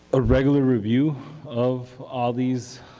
a regular review of all these,